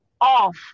off